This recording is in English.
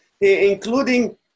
including